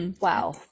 Wow